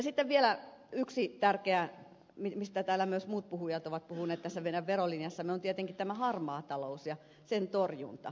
sitten vielä yksi tärkeä asia on tämä harmaa talous ja sen torjunta josta täällä myös muut puhujat ovat puhuneet tässä meidän verolinjassamme on tietenkin tämä harmaa talous ja sen torjunta